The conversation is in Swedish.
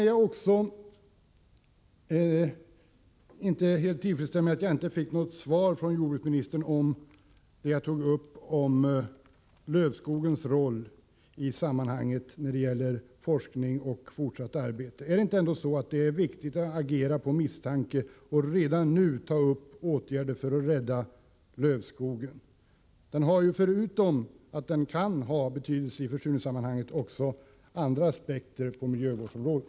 Jag är inte helt tillfredsställd med att jag inte fick något svar från jordbruksministern på min fråga om hur man uppmärksammar lövskogens roll i forskning och fortsatt arbete. Är det ändå inte viktigt att agera på misstanke och redan nu vidta åtgärder för att rädda lövskogen? Den kan ha betydelse i de frågor som sammanhänger med försurningen, men den kan också vara viktig när det gäller andra frågor inom miljöområdet.